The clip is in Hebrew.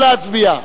נא להצביע.